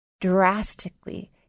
drastically